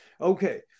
Okay